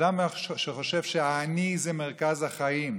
אדם שחושב שהאני זה מרכז החיים,